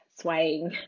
swaying